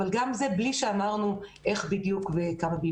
אבל גם זה בלי שאמרנו איך בדיוק וכמה.